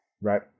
Right